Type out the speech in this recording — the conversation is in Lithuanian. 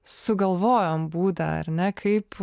sugalvojom būdą ar ne kaip